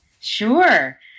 Sure